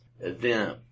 event